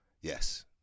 yes